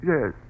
Yes